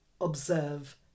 observe